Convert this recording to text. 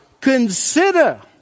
Consider